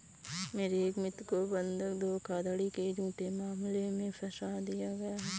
मेरे एक मित्र को बंधक धोखाधड़ी के झूठे मामले में फसा दिया गया था